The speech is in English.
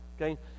Okay